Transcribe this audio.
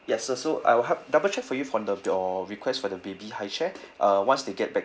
yes sir so I will help double check for you for the your request for the baby high chair uh once they get back